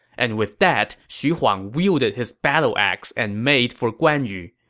and with that, xu huang wielded his battle axe and made for guan yu.